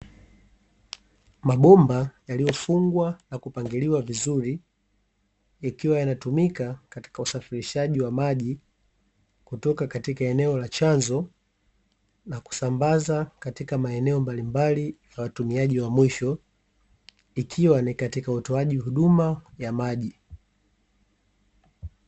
Mabomba yaliyofungwa na kupangiliwa vizuri, yakiwa yanatumika katika usafirishaji wa maji, kutoka katika eneo la chanzo na kusambaza katika maeneo mbalimbali ya watumiaji wa mwisho, ikiwa ni katika utoaji wa huduma ya maji.